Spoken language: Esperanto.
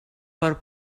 por